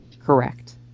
Correct